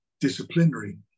disciplinary